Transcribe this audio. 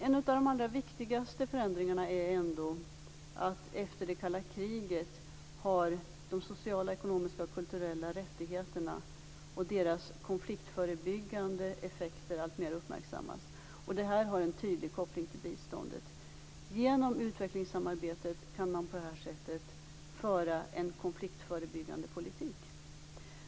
En av de allra viktigaste förändringarna är ändå att efter det kalla kriget har de sociala, ekonomiska och kulturella rättigheterna och deras konfliktförebyggande effekter alltmer uppmärksammats, och det här har en tydlig koppling till biståndet. Genom utvecklingssamarbetet kan man på det här sättet föra en konfliktförebyggande politik.